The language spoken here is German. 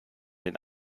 den